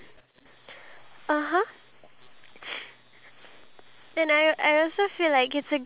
sort of knowledge information and they're actually educated on a certain country